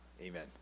amen